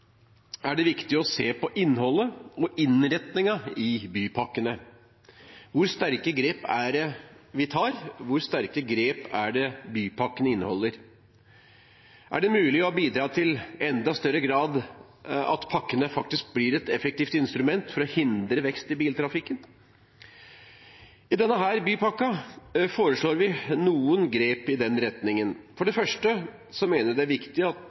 er det viktig å se på innholdet i og innretningen av bypakkene. Hvor sterke grep tar vi? Hvor sterke grep inneholder bypakkene? Er det mulig i enda større grad å bidra til at pakkene blir et effektivt instrument for å hindre vekst i biltrafikken? I denne bypakken foreslår vi noen grep i den retningen. For det første mener vi det er viktig og riktig at